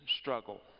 struggle